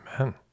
Amen